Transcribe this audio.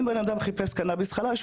אם בן אדם חיפש קנביס חלש,